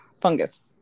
Fungus